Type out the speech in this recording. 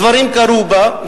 דברים קרו בה,